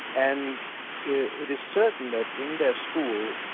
and it is certain that in their school,